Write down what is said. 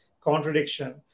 contradiction